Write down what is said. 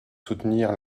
soutenir